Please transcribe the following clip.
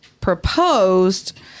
proposed